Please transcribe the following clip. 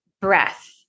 breath